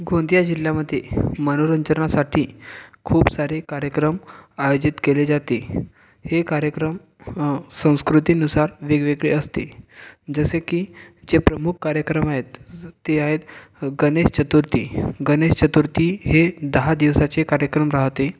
गोंदिया जिल्ह्यामध्ये मनोरंजनासाठी खूप सारे कार्यक्रम आयोजित केले जाते हे कार्यक्रम संस्कृतीनुसार वेगवेगळे असते जसे की जे प्रमुख कार्यक्रम आहेत ते आहेत गणेश चतुर्थी गणेश चतुर्थी हे दहा दिवसाचे कार्यक्रम राहते